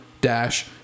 dash